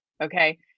Okay